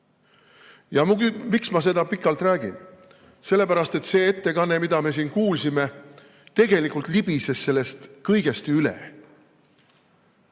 neid. Miks ma seda pikalt räägin? Sellepärast et see ettekanne, mida me siin kuulsime, tegelikult libises sellest kõigest üle.